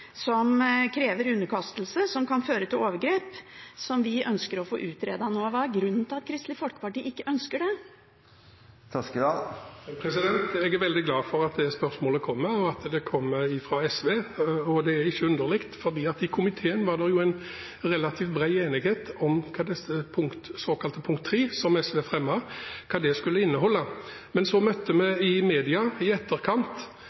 som krever underkastelse, som kan føre til overgrep, at vi ønsker å få dette utredet nå. Hva er grunnen til at Kristelig Folkeparti ikke ønsker det? Jeg er veldig glad for at det spørsmålet kommer, og at det kommer fra SV. Det er ikke underlig, for i komiteen var det en relativt bred enighet om hva det såkalte punkt nr. 3, som SV fremmet, skulle inneholde. Men så møtte vi i media i etterkant